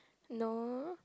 no